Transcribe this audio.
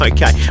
Okay